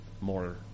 more